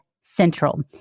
central